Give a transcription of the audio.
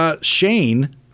Shane